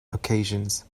occasions